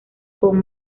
con